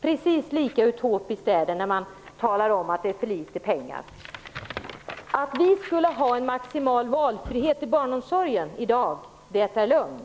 Precis lika utopiskt är det när man talar om att det gäller för litet pengar. Påståendet att vi skulle ha maximal valfrihet i barnomsorgen i dag är lögn.